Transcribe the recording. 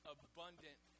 abundant